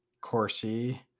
Corsi